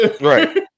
Right